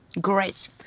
Great